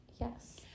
Yes